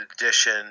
edition